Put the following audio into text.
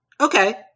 Okay